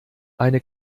eine